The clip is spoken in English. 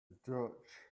dutch